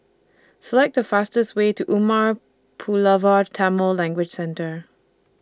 Select The fastest Way to Umar Pulavar Tamil Language Centre